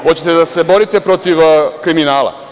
Hoćete li da se borite protiv kriminala?